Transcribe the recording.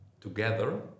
together